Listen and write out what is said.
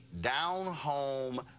down-home